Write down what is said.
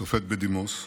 שופט בדימוס.